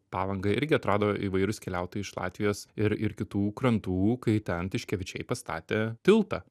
palangą irgi atrado įvairūs keliautojai iš latvijos ir ir kitų krantų kai ten tiškevičiai pastatė tiltą